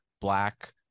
black